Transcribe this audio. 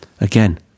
Again